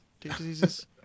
diseases